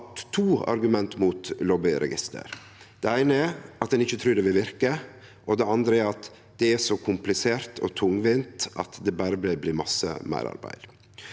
hatt to argument mot lobbyregister. Det eine er at ein ikkje trur det vil verke, og det andre er at det er så komplisert og tungvint at det berre vil bli masse meirarbeid.